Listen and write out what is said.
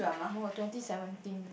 no twenty seventeen